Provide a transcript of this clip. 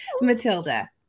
Matilda